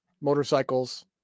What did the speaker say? motorcycles